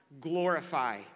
glorify